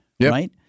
Right